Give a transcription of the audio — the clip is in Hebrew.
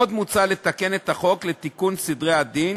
עוד מוצע לתקן את החוק לתיקון סדרי הדין